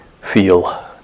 feel